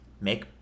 Make